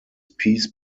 peace